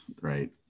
right